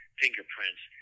fingerprints